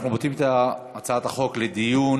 אנחנו פותחים את הצעת החוק לדיון,